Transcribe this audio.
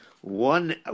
one